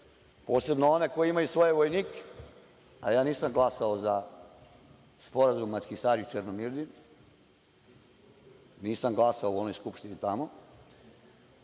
posebno one koji imaju svoje vojnike, a ja nisam glasao za sporazum Ahtisari-Černomidin, nisam glasao u onoj Skupštini tamo.S